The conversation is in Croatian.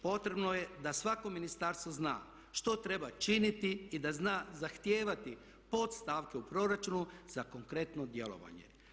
Potrebno je da svako ministarstvo zna što treba činiti i da zna zahtijevati podstavke u proračunu za konkretno djelovanje.